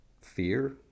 fear